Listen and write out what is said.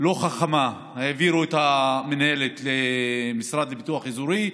לא חכמה, העבירו את המינהלת למשרד לפיתוח אזורי,